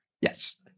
Yes